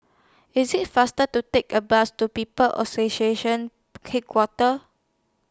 IS IT faster to Take A Bus to People's Association Headquarters